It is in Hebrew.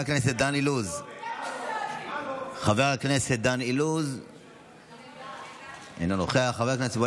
ואנחנו אומנם לא עושים איזה הספד,